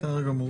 בסדר גמור.